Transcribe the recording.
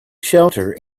shelter